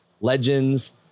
legends